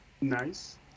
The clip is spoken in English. Nice